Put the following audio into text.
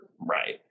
right